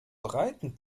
breiten